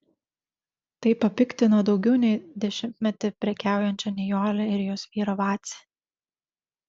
tai papiktino daugiau nei dešimtmetį prekiaujančią nijolę ir jos vyrą vacį